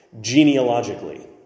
genealogically